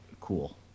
cool